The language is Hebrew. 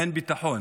אין ביטחון